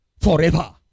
forever